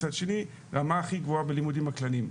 מצד שני רמה הכי גבוהה בלימודים הכלליים.